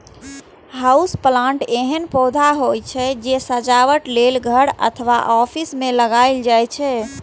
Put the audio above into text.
house plant एहन पौधा होइ छै, जे सजावट लेल घर अथवा ऑफिस मे लगाएल जाइ छै